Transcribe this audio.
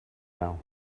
now